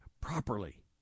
properly